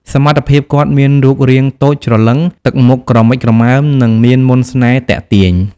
សមត្ថភាព គាត់មានរូបរាងតូចច្រឡឹង ទឹកមុខក្រមិចក្រមើម និងមានមន្តស្នេហ៍ទាក់ទាញ។